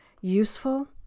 useful